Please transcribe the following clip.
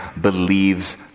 believes